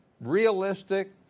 realistic